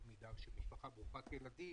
במידה שמשפחה ברוכת ילדים,